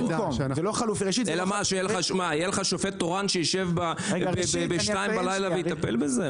זה לא חליפי -- יהיה לך שופט תורן שיישב ב-2:00 בלילה ויטפל בזה?